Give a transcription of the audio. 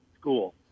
school